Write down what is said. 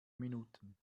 minuten